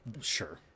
Sure